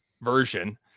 version